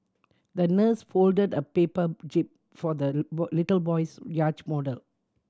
the nurse folded a paper jib for the little boy's yacht model